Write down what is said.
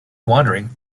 wandering